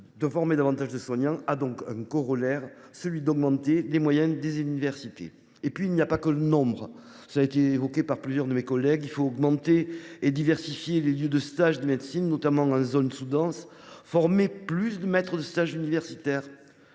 de former davantage de soignants a un corollaire : celui d’augmenter les moyens des universités. Au reste, il n’y a pas que le nombre : comme l’ont souligné plusieurs de mes collègues, il faut augmenter et diversifier les lieux de stage de médecine, notamment dans les zones sous denses, et former plus de maîtres de stage universitaire,